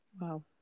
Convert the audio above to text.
Wow